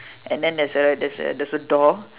and then there's a there's a there's a door